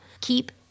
Keep